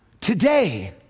today